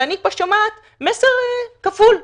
ואני פה שומעת מסר כפול,